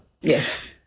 yes